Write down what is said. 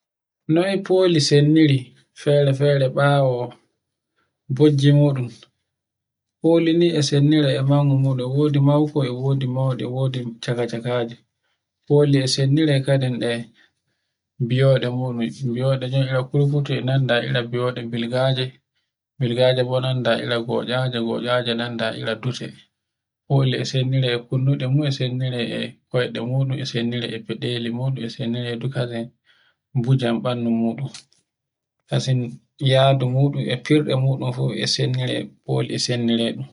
Noye foli sonniri fere-fere ɓawo bojji mudum. Foli ni e sennira e mangu muɗum, e wodi mauko e odi mauɗe e wodi chakachakaje. Fole e senniri kadin e biyoɗe muɗum. Biyoɗe noy ira kurkutu e nanda e ira biyoɗe bilgaje. Bilgare bo nanda gotcaje, gotcage nanda e ira dute. foli e sennira e kunduɗe muɗum e sennira e feɗele mun e sennira e dukazin bujam bandu muɗum, kazin yadu muɗum e firɗe muɗum fu e sennire, e sennire foli e sennire ɗum.